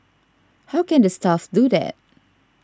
how can the staff do that